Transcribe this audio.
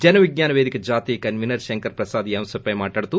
జన విజ్ఞాన పేదిక పేదిక జాతీయ కన్వీనర్ శంకర్ ప్రసాద్ ఈ అంశంపై మాట్లడుతూ